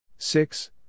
Six